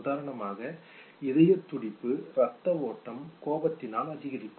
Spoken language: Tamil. உதாரணமாக இதய துடிப்பு இரத்த ஓட்டம் கோபத்தினால் அதிகரிக்கும்